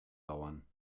dauern